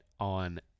On